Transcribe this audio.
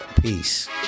Peace